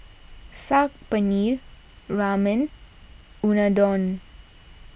Saag Paneer Ramen Unadon